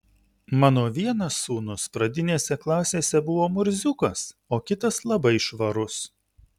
mano vienas sūnus pradinėse klasėse buvo murziukas o kitas labai švarus